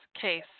case